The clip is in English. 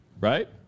Right